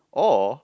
or